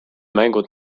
mängud